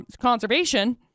conservation